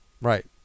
Right